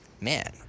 Man